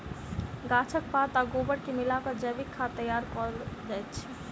गाछक पात आ गोबर के मिला क जैविक खाद तैयार कयल जाइत छै